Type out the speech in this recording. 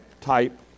type